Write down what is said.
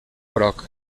groc